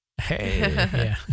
Hey